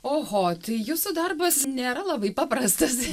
oho tai jūsų darbas nėra labai paprastas